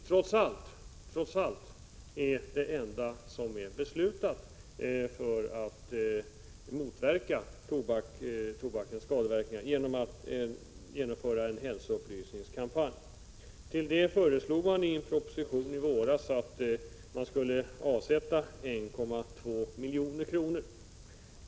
Trots allt är det enda som hitintills är beslutat för att motverka tobakens skadeverkningar att man skall genomföra en hälsoupplysningskampanj. Till det föreslog man i en proposition i våras att det skulle avsättas 1,2 milj.kr.